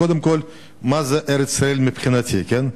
קודם כול, מה זה ארץ-ישראל מבחינתי, כן?